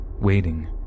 waiting